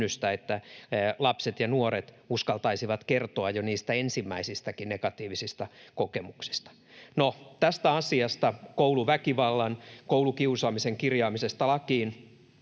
että lapset ja nuoret uskaltaisivat kertoa jo niistä ensimmäisistäkin negatiivisista kokemuksista. Tästä asiasta, kouluväkivallan, koulukiusaamisen kirjaamisesta lakiin,